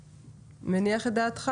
מניח את דעתך?